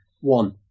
One